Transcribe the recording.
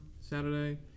Saturday